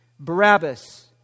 Barabbas